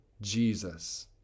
Jesus